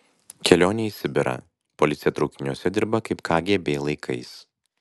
kelionė į sibirą policija traukiniuose dirba kaip kgb laikais